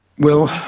well,